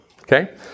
Okay